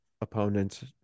opponent's